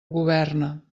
governa